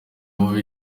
vuba